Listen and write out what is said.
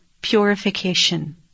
Purification